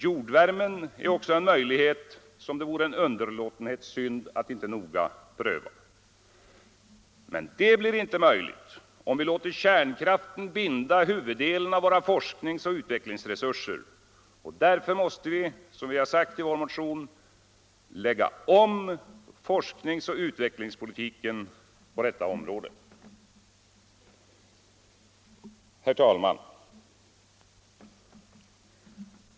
Jordvärmen är också en möjlighet som det vore en underlåtenhetssynd att inte noggrant pröva. Men det blir inte möjligt om vi låter kärnkraften binda huvuddelen av våra forskningsoch utveck lingsresurser. Därför måste, som centern har sagt i sin motion, en omläggning ske av forskningsoch utvecklingspolitiken på detta område. Herr talman!